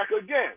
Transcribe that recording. again